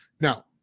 Now